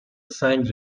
سنگ